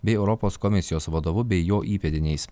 bei europos komisijos vadovu bei jo įpėdiniais